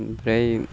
ओमफ्राय